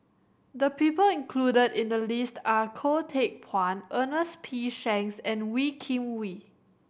the people included in the list are Goh Teck Phuan Ernest P Shanks and Wee Kim Wee